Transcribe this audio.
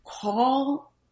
call